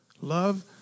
Love